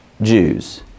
jews